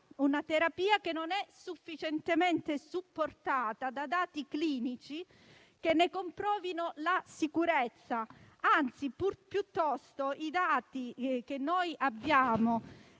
una terapia che non è sufficientemente supportata da dati clinici che ne comprovino la sicurezza. Anzi, i dati a nostra